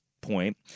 point –